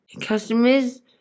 customers